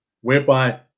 whereby